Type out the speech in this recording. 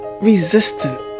resistant